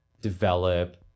develop